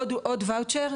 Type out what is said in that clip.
עוד וואוצ'ר,